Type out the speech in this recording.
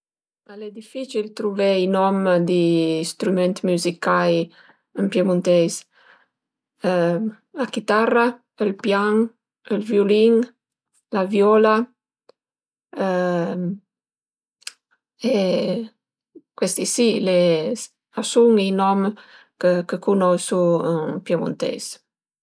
Al e dificil truvé i nom di strüment müsicai ën piemunteis la chitarra, ël pian, ël viulin, la viola cuesti si le a sun i nom chë cunosu ën piemunteis